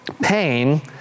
Pain